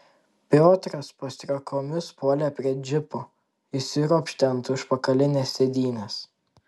piotras pastriuokomis puolė prie džipo įsiropštė ant užpakalinės sėdynės